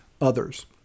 others